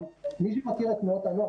מי שמכיר את תנועות הנוער,